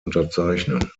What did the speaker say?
unterzeichnen